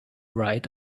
right